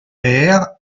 paire